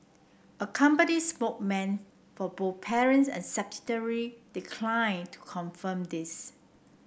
a company spoke man for both parents and subsidiary decline to confirm this